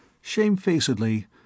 Shamefacedly